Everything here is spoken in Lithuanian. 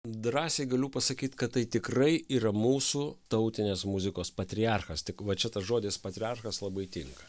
drąsiai galiu pasakyt kad tai tikrai yra mūsų tautinės muzikos patriarchas tik va čia tas žodis patriarchas labai tinka